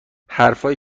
حرفهایی